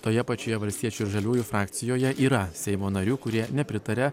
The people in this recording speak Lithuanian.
toje pačioje valstiečių ir žaliųjų frakcijoje yra seimo narių kurie nepritaria